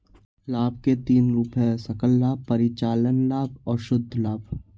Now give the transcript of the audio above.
लाभ के तीन रूप हैं सकल लाभ, परिचालन लाभ और शुद्ध लाभ